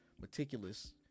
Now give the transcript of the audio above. meticulous